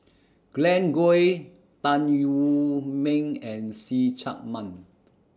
Glen Goei Tan Wu Meng and See Chak Mun